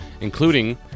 including